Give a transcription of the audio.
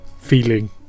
feeling